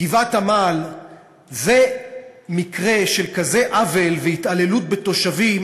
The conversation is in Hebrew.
גבעת-עמל זה מקרה של כזה עוול והתעללות בתושבים,